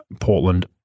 Portland